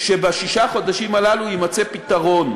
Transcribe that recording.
שבששת החודשים הללו יימצא פתרון,